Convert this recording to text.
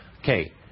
okay